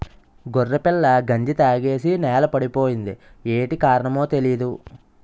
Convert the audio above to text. గొర్రెపిల్ల గంజి తాగేసి నేలపడిపోయింది యేటి కారణమో తెలీదు